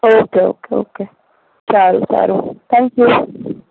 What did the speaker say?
okay okay okay સારું સારું thank you